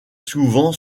souvent